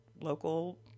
local